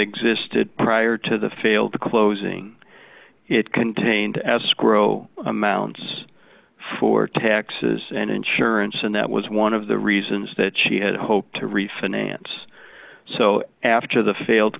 existed prior to the failed closing it contained as grow amounts for taxes and insurance and that was one of the reasons that she had hoped to refinance so after the failed